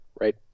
Right